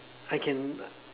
I can